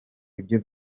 ibyo